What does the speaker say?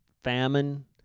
famine